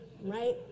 right